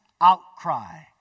outcry